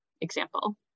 example